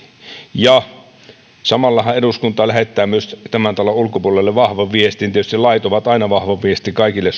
ja samallahan eduskunta lähettää myös tämän talon ulkopuolelle vahvan viestin tietysti lait ovat aina vahva viesti kaikille